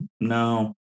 no